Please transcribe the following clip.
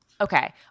Okay